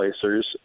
placers